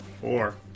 Four